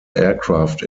aircraft